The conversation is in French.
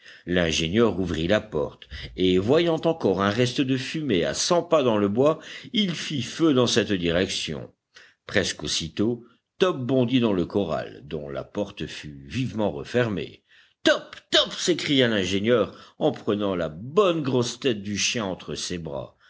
l'ingénieur ouvrit la porte et voyant encore un reste de fumée à cent pas dans le bois il fit feu dans cette direction presque aussitôt top bondit dans le corral dont la porte fut vivement refermée top top s'écria l'ingénieur en prenant la bonne grosse tête du chien entre ses bras